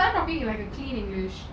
start talking in like british english